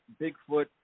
Bigfoot